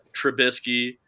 Trubisky